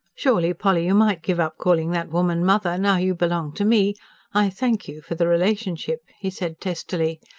surely, polly, you might give up calling that woman mother, now you belong to me i thank you for the relationship! he said testily.